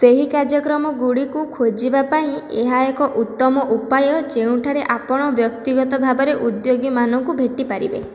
ସେହି କାର୍ଯ୍ୟକ୍ରମଗୁଡ଼ିକୁ ଖୋଜିବା ପାଇଁ ଏହା ଏକ ଉତ୍ତମ ଉପାୟ ଯେଉଁଠାରେ ଆପଣ ବ୍ୟକ୍ତିଗତ ଭାବରେ ଉଦ୍ୟୋଗୀମାନଙ୍କୁ ଭେଟିପାରିବେ